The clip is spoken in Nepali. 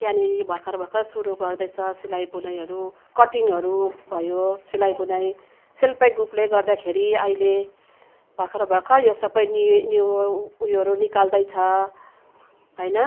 त्यहाँनेरि भर्खर भर्खर सुरु गर्दैछ सिलाइ बुनाइहरू कटिङहरू भयो सिलाइ बुनाइ सेल्प हेल्प ग्रुपले गर्दाखेरि अहिले भर्खर भर्खर यो सबै नि न्यु उयोहरू निकाल्दैछ होइन